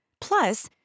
Plus